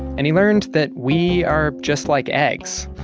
and he learned that we are just like eggs.